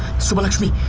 subbalakshmi!